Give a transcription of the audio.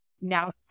Now